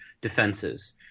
defenses